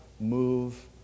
move